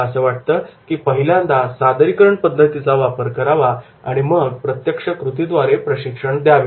मला असं वाटतं की पहिल्यांदा सादरीकरण पद्धतीचा वापर करावा आणि मग प्रत्यक्ष कृतीद्वारे प्रशिक्षण द्यावे